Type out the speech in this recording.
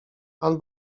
pan